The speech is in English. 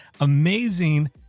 amazing